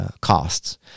costs